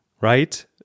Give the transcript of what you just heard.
right